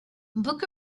book